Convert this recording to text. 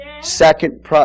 Second